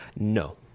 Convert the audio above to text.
No